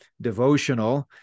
devotional